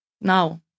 now